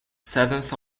seventh